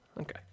Okay